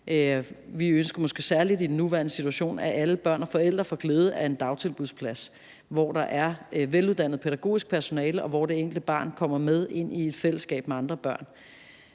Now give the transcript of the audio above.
Vi ønsker måske særlig i den nuværende situation, at alle børn og forældre får glæde af en dagtilbudsplads, hvor der er et veluddannet pædagogisk personale, og hvor det enkelte barn kommer med ind i et fællesskab med andre børn.